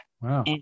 Wow